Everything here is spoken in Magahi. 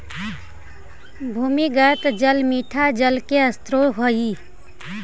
भूमिगत जल मीठा जल के स्रोत हई